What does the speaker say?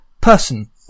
person